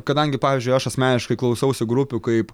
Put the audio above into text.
kadangi pavyzdžiui aš asmeniškai klausausi grupių kaip